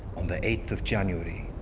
on the eighth of january,